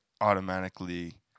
automatically